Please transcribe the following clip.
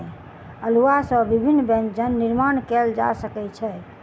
अउलुआ सॅ विभिन्न व्यंजन निर्माण कयल जा सकै छै